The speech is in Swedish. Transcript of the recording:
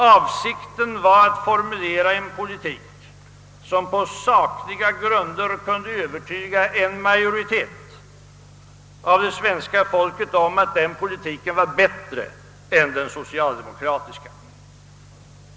Avsikten var att formulera en politik, som på sakliga grunder kunde övertyga en majoritet av det svenska folket om att den politiken var bättre än den socialdemokratiska.